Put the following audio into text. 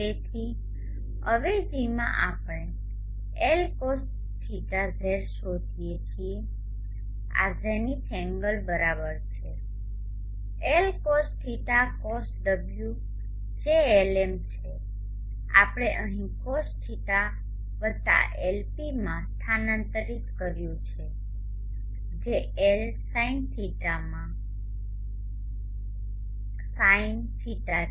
તેથી અવેજીમાં આપણે L cosθz શોધીએ છીએ આ ઝેનિથ એંગલ બરાબર છે L cosδ cosω જે Lm છે આપણે અહીં cosϕ વત્તા Lp માં સ્થાનાંતરિત કર્યું છે જે L sinδ માં sinϕ છે